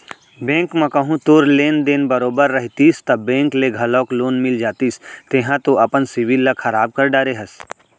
bank म कहूँ तोर लेन देन बरोबर रहितिस ता बेंक ले घलौक लोन मिल जतिस तेंहा तो अपन सिविल ल खराब कर डरे हस